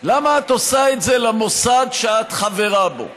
למה את עושה את זה למוסד שאת חברה בו?